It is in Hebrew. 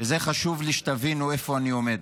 חשוב לי שתבינו איפה אני עומד.